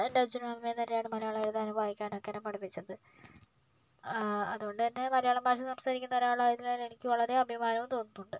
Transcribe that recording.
എൻറ അച്ഛനും അമ്മയും തന്നെയാണ് മലയാളം എഴുതാനും വായിക്കാനും ഒക്കെ എന്നെ പഠിപ്പിച്ചത് അതുകൊണ്ട് തന്നെ മലയാളം ഭാഷ സംസാരിക്കുന്ന ഒരാളായതിനാൽ എനിക്ക് വളരെ അഭിമാനവും തോന്നുന്നുണ്ട്